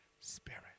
Spirit